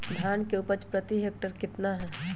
धान की उपज प्रति हेक्टेयर कितना है?